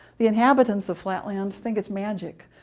the inhabitants of flatland think it's magic.